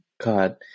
god